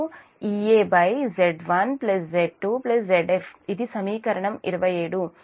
ఇది సమీకరణం 27